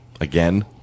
Again